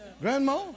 Grandma